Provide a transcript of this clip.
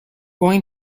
going